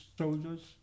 soldiers